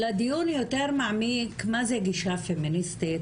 לדיון יותר מעמיק מה זו גישה פמיניסטית,